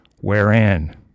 wherein